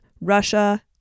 Russia